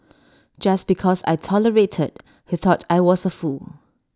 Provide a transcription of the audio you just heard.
just because I tolerated he thought I was A fool